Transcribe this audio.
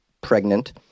pregnant